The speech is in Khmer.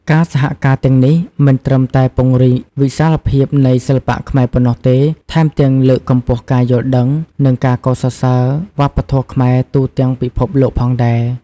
ការសហការទាំងនេះមិនត្រឹមតែពង្រីកវិសាលភាពនៃសិល្បៈខ្មែរប៉ុណ្ណោះទេ ថែមទាំងលើកកម្ពស់ការយល់ដឹង និងការកោតសរសើរវប្បធម៌ខ្មែរទូទាំងពិភពលោកផងដែរ។